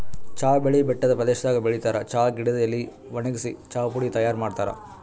ಚಾ ಬೆಳಿ ಬೆಟ್ಟದ್ ಪ್ರದೇಶದಾಗ್ ಬೆಳಿತಾರ್ ಚಾ ಗಿಡದ್ ಎಲಿ ವಣಗ್ಸಿ ಚಾಪುಡಿ ತೈಯಾರ್ ಮಾಡ್ತಾರ್